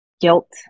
guilt